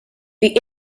the